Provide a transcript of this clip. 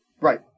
Right